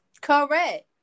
correct